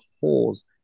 holes